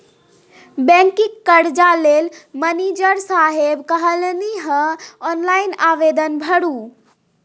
बैंकक कर्जा लेल मनिजर साहेब कहलनि अहॅँ ऑनलाइन आवेदन भरू